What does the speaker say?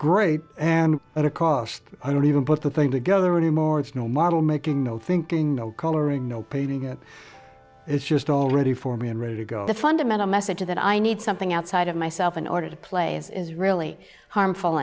great and at a cost i don't even put the thing together anymore no model making no thinking coloring no painting it's just all ready for me and ready to go the fundamental message that i need something outside of myself in order to play is really harmful